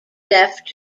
left